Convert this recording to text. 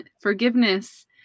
Forgiveness